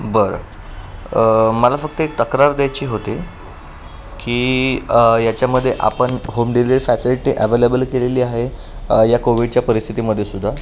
बरं मला फक्त एक तक्रार द्यायची होते की याच्यामध्ये आपण होम डिलिरी सॅसिलटी अव्हेलेबल केलेली आहे या कोविडच्या परिस्थितीमध्ये सुद्धा